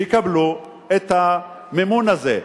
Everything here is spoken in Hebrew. שיקבלו את המימון הזה.